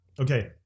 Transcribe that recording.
Okay